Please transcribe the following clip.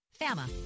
FAMA